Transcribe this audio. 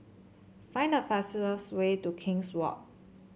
find the fastest way to King's Walk